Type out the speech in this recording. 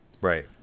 Right